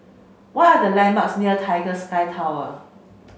why are the landmarks near Tiger Sky Tower